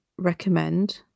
recommend